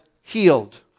healed